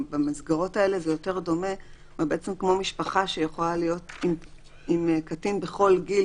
במסגרות האלה זה יותר דומה למשפחה שיכולה להיות עם קטין בכל גיל.